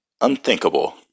Unthinkable